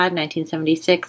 1976